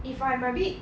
if I'm a bit